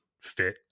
fit